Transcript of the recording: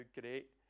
great